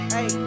Hey